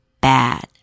bad